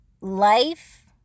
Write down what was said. life